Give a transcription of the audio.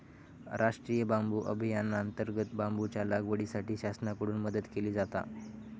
राष्टीय बांबू अभियानांतर्गत बांबूच्या लागवडीसाठी शासनाकडून मदत केली जाता